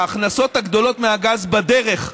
ההכנסות הגדולות מהגז בדרך.